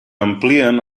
amplien